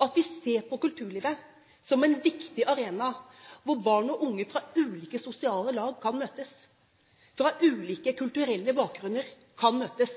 at vi ser på kulturlivet som en viktig arena, hvor barn og unge fra ulike sosiale lag og fra ulike kulturelle bakgrunner kan møtes,